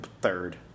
third